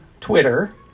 Twitter